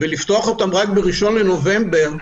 ולפתוח אותן רק ב-1 בנובמבר,